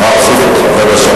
הוסיפו אותך.